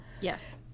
Yes